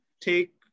take